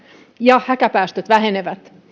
ja häkäpäästöt vähenevät